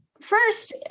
first